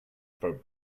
for